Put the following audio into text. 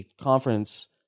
conference